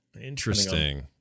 interesting